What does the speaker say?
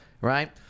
Right